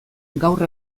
gaur